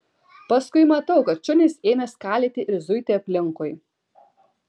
paskui matau kad šunys ėmė skalyti ir zuiti aplinkui